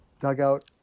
dugout